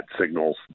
signals